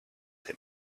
him